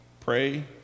Pray